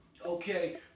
okay